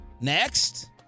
Next